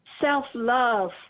self-love